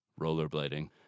rollerblading